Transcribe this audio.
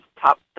top